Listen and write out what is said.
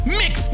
mix